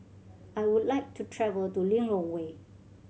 I would like to travel to Lilongwe